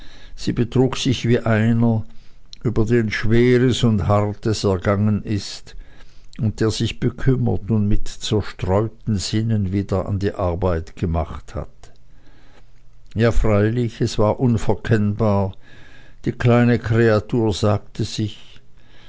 sie betrug sich wie einer über den schweres und hartes ergangen ist und der sich bekümmert und mit zerstreuten sinnen wieder an die arbeit gemacht hat ja freilich es war unverkennbar die kleine kreatur sagte sich